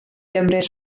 gymryd